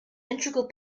integral